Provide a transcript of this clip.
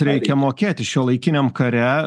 reikia mokėti šiuolaikiniam kare